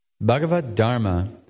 Bhagavad-dharma